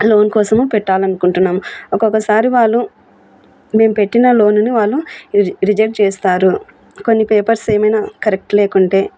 loan కోసము పెట్టాలనుకుంటున్నాం ఒక్కొక్కసారి వాళ్ళు మేము పెట్టిన లోనుని వాళ్ళు రిజెక్ట్ చేస్తారు కొన్ని పేపర్స్ ఏమైనా కరెక్ట్ లేకుంటే